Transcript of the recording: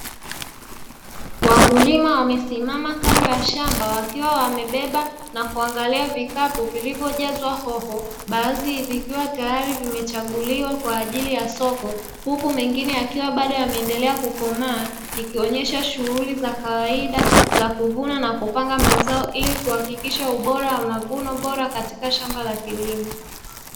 Wakulima wamesimama kando ya shamba wakiwa wamebeba na kuangalia vikapu vilivyojazwa hoho baadhi yakiwa yamechaguliwa kwa ajili ya soko huku mengine yakiwa yanaendelea kukomaa, ikionyesha shughuli za kawaida za kuvuna na kupanga mazao ili kuhakikisha ubora wa kuvuna mazao katika shamba la kilimo.